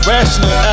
Rational